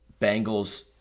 Bengals